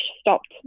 stopped